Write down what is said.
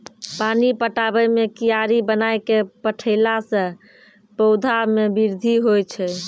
पानी पटाबै मे कियारी बनाय कै पठैला से पौधा मे बृद्धि होय छै?